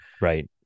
Right